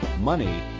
money